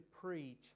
preach